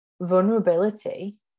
vulnerability